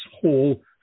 Hall